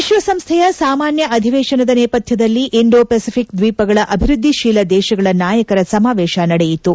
ವಿಶ್ವಸಂಸ್ಥೆಯ ಸಾಮಾನ್ಯ ಅಧಿವೇಶನದ ನೇಪಥ್ಯದಲ್ಲಿ ಇಂಡೋ ಪೆಸಿಫಿಕ್ ದ್ವೀಪಗಳ ಅಭಿವ್ವದ್ದಿಶೀಲ ದೇಶಗಳ ನಾಯಕರ ಸಮಾವೇಶ ನಡೆಯಿತು